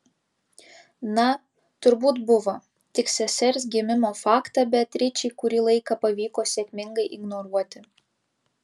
na turbūt buvo tik sesers gimimo faktą beatričei kurį laiką pavyko sėkmingai ignoruoti